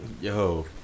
yo